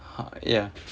ah ya